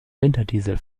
winterdiesel